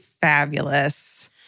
Fabulous